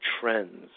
trends